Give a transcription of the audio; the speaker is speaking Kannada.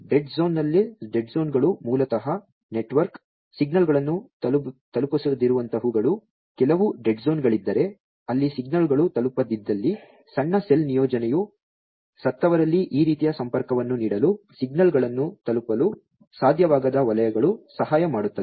ಡೆಡ್ ಝೋನ್ಗಳು ಮೂಲತಃ ನೆಟ್ವರ್ಕ್ ಸಿಗ್ನಲ್ಗಳನ್ನು ತಲುಪದಿರುವಂತಹವುಗಳು ಕೆಲವು ಡೆಡ್ ಝೋನ್ಗಳಿದ್ದರೆ ಅಲ್ಲಿ ಸಿಗ್ನಲ್ಗಳು ತಲುಪದಿದ್ದಲ್ಲಿ ಸಣ್ಣ ಸೆಲ್ ನಿಯೋಜನೆಯು ಸತ್ತವರಲ್ಲಿ ಈ ರೀತಿಯ ಸಂಪರ್ಕವನ್ನು ನೀಡಲು ಸಿಗ್ನಲ್ಗಳನ್ನು ತಲುಪಲು ಸಾಧ್ಯವಾಗದ ವಲಯಗಳು ಸಹಾಯ ಮಾಡುತ್ತದೆ